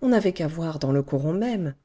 on n'avait qu'à voir dans le coron même